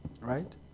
Right